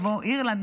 כמו אירלנד,